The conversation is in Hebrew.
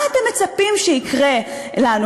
מה אתם מצפים שיקרה לנו?